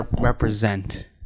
represent